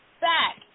back